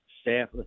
staff